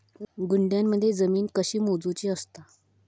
गुंठयामध्ये जमीन कशी मोजूची असता?